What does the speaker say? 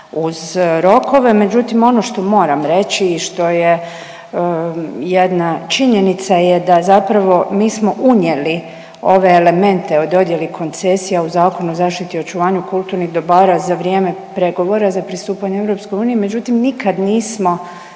uz rokove. Međutim, ono što moram reći i što je jedna činjenica je da zapravo mi smo unijeli ove elemente u dodjeli koncesija u Zakon o zaštiti i očuvanju kulturnih dobara za vrijeme pregovora za pristupanje EU, međutim nikad nismo